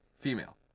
female